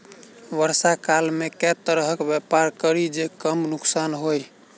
वर्षा काल मे केँ तरहक व्यापार करि जे कम नुकसान होइ?